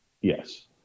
Yes